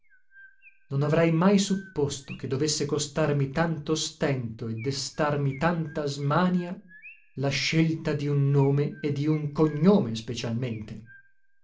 non avrei mai supposto che dovesse costarmi tanto stento e destarmi tanta smania la scelta di un nome e di un cognome il cognome specialmente